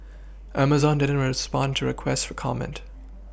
Amazon didn't respond to requests for comment